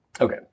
Okay